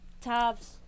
tabs